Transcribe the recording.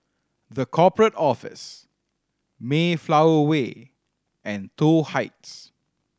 The Corporate Office Mayflower Way and Toh Heights